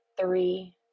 three